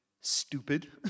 stupid